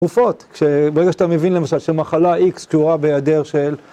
תרופות, ברגע שאתה מבין למשל שמחלה איקס תאורה בהיעדר של...